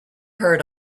heard